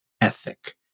ethic